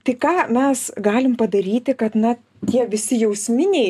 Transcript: tai ką mes galim padaryti kad na tie visi jausminiai